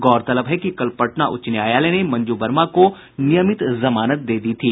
गौरतलब है कि कल पटना उच्च न्यायालय ने मंजू वर्मा को नियमित जमानत दे दी थी